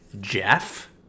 jeff